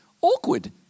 awkward